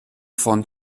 von